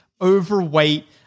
overweight